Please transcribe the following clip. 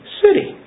city